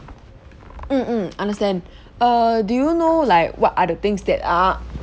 mm mm understand err do you know like what are the things that are